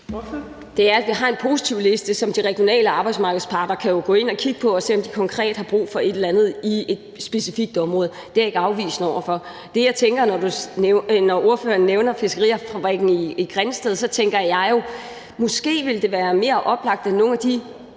Det er, at vi har en positivliste. De regionale arbejdsmarkedsparter kan jo gå ind og kigge på, om de konkret har brug for et eller andet i et specifikt område. Det er jeg ikke afvisende over for. Når ordføreren nævner fiskefabrikken i Grindsted, tænker jeg, at det måske ville være mere oplagt, at nogle af de